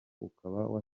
ukaba